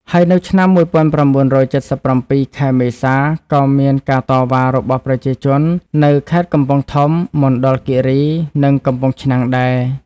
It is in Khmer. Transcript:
ហើយ នៅឆ្នាំ១៩៧៧ ខែមេសាក៏មានការតវ៉ារបស់ប្រជាជន នៅ ខេត្តកំពង់ធំ មណ្ឌលគីរី និងកំពង់ឆ្នាំង ដែរ។